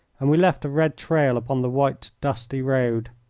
and we left a red trail upon the white, dusty road.